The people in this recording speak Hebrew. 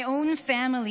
My own family,